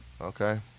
Okay